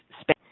space